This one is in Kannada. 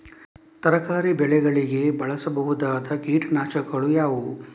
ತರಕಾರಿ ಬೆಳೆಗಳಿಗೆ ಬಳಸಬಹುದಾದ ಕೀಟನಾಶಕಗಳು ಯಾವುವು?